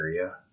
area